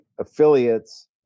affiliates